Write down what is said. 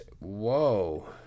whoa